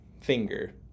finger